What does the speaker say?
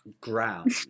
ground